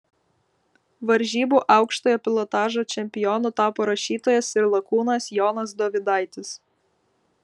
varžybų aukštojo pilotažo čempionu tapo rašytojas ir lakūnas jonas dovydaitis